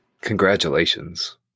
Congratulations